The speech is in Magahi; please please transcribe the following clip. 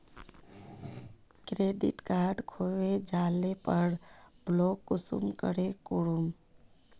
क्रेडिट कार्ड खोये जाले पर ब्लॉक कुंसम करे करूम?